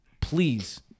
please